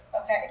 Okay